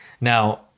now